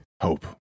Hope